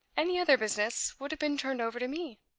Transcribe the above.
any other business would have been turned over to me.